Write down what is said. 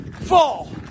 fall